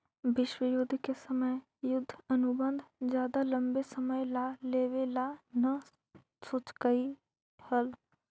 विश्व युद्ध के समय युद्ध अनुबंध ज्यादा लंबे समय ला लेवे ला न सोचकई हल